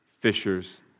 fishers